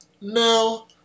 no